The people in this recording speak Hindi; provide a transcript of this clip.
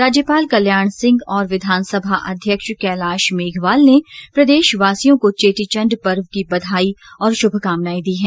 राज्यपाल कल्याण सिंह और विधानसभा अध्यक्ष कैलाश मेघवाल ने प्रदेशवासियों को चेटीचण्ड पर्व की बधाई और शुभकामनाएं दी हैं